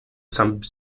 some